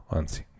anzi